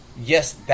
yes